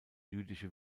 jüdische